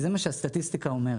כי זה מה שהסטטיסטיקה אומרת.